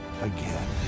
again